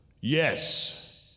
yes